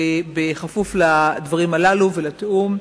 כפוף לדברים הללו ולתיאום,